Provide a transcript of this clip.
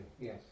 yes